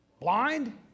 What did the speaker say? blind